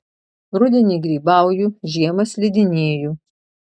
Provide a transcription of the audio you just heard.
rudenį grybauju žiemą slidinėju